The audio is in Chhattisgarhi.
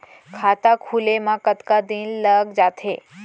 खाता खुले में कतका दिन लग जथे?